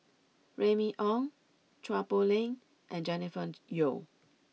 Remy Ong Chua Poh Leng and Jennifer Yeo